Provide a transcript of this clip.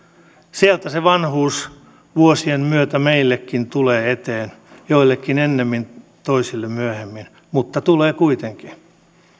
sieltä se vanhuus vuosien myötä meillekin tulee eteen joillekin ennemmin toisille myöhemmin mutta tulee kuitenkin